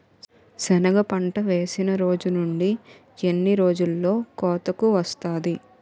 సెనగ పంట వేసిన రోజు నుండి ఎన్ని రోజుల్లో కోతకు వస్తాది?